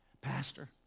Pastor